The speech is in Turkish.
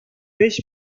beş